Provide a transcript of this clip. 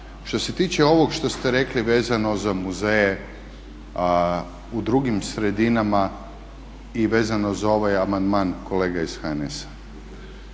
Što se tiče ovog što ste rekli vezano za muzeje u drugim sredinama i vezano za ovaj amandman kolega iz HNS-a.